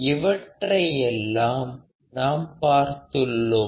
இவற்றையெல்லாம் நாம் பார்த்துள்ளோம்